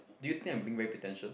do you think I'm being very pretentious